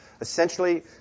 essentially